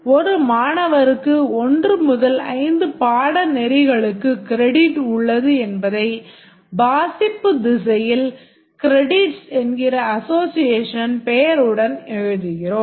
ஒரு மாணவருக்கு 1 முதல் 5 பாடநெறிகளுக்கு credit உள்ளது என்பதை வாசிப்பு திசையில் credits என்கிற அசோஸியேஷன் பெயருடன் எழுதுகிறோம்